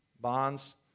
bonds